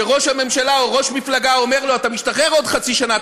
שראש הממשלה או ראש מפלגה אומר לו: אתה משתחרר עוד חצי שנה,